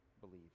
believe